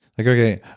like okay,